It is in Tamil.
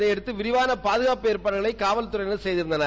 இதையடுத்து விரிவான பாதுகாப்பு ஏற்பாடுகளை காவல்துறையினர் செய்திருந்தனர்